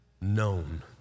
known